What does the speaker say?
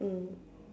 mm